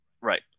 Right